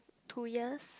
two years